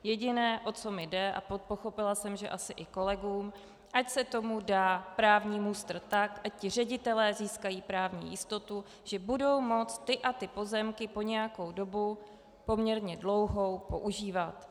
Jediné, o co mi jde, a pochopila jsem, že asi i kolegům, ať se tomu dá právní mustr tak, ať ředitelé získají právní jistotu, že budou moci ty a ty pozemky po nějakou dobu, poměrně dlouhou, používat.